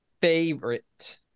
favorite